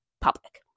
public